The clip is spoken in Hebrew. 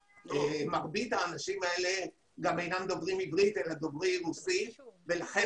מרבית האשים האלה גם אינם דברי עברית אלא דוברי רוסית ולכן